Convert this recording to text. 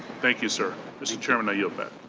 thank you, sir. mr. chairman, i yield back.